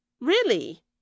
Really